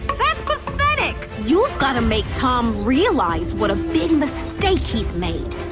that's pathetic! you've gotta make tom realize what a big mistake he's made.